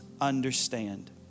understand